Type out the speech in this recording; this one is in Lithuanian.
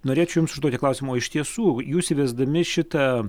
norėčiau jums užduoti klausimą o iš tiesų jūs įvesdami šitą